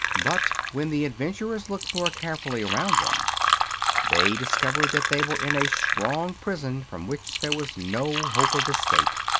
but when the adventurers looked more carefully around them they discovered that they were in a strong prison from which there was no hope of escape.